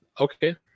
okay